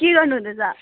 के गर्नुहुँदैछ